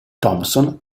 thompson